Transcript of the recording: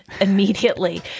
immediately